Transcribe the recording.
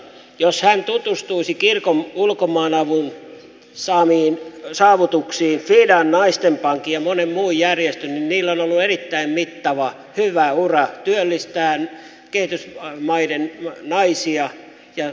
jos hän tutustuisi kirkon ulkomaanavun fidan naisten pankin ja monen muun järjestön saamiin saavutuksiin niin niillä on ollut erittäin mittava hyvä ura työllistäen kehitysmaiden naisia ja työttömiä